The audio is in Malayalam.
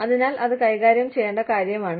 അതിനാൽ അത് കൈകാര്യം ചെയ്യേണ്ട കാര്യമാണ്